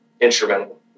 instrumental